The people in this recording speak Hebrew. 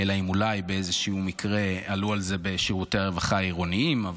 אלא אם אולי באיזשהו מקרה עלו על זה בשירותי הרווחה העירוניים.